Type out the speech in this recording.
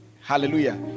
hallelujah